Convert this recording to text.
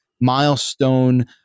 milestone